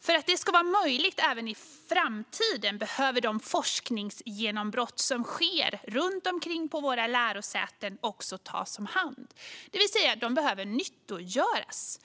För att detta ska vara möjligt även i framtiden behöver de forskningsgenombrott som sker runt omkring på våra lärosäten också tas om hand, det vill säga nyttiggöras.